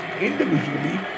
individually